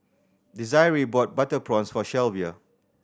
Desiree bought butter prawns for Shelvia